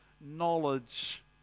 knowledge